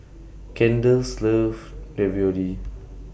Kendall's loves Ravioli